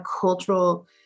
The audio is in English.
cultural